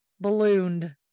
ballooned